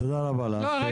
תודה רבה לך.